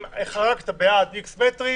אם חרגת ב-X מטרים